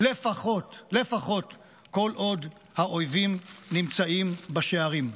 לפחות, לפחות, כל עוד האויבים נמצאים בשערים.